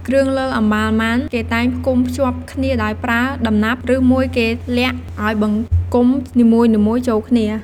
គ្រឿងលើអម្បាលម៉ាន គេតែងផ្គុំភ្ជាប់គ្នាដោយប្រើដំណាប់ ឬមួយគេលាក់ឱ្យបង្គំនីមួយៗចូលគ្នា។